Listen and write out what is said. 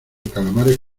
calamares